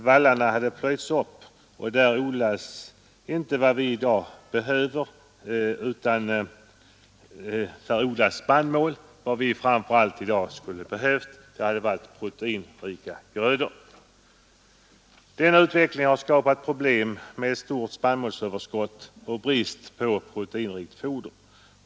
Vallarna hade plöjts upp, och där odlas i dag inte vad vi behöver, proteinrika grödor, utan spannmål. Denna utveckling har skapat problem med ett stort spannmålsöverskott och brist på proteinrikt foder.